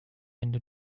ende